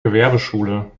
gewerbeschule